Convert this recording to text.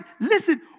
listen